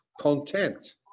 content